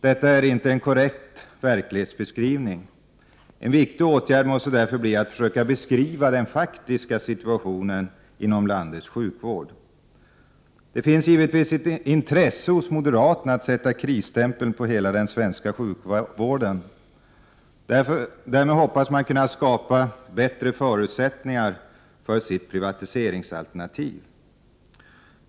Detta är inte en korrekt verklighetsbeskrivning. En viktig åtgärd måste därför bli att försöka beskriva den faktiska situationen inom landets sjukvård. Det finns givetvis ett intresse hos moderaterna att sätta krisstämpeln på hela den svenska sjukvården. Därmed hoppas man kunna skapa bättre förutsättningar för sitt privatiseringsalternativ.